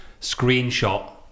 screenshot